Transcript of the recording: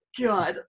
God